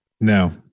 No